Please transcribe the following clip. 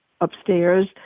upstairs